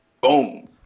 boom